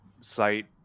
site